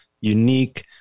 unique